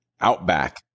outback